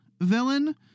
villain